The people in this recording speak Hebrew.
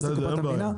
זה נכנס לקופת המדינה,